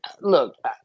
look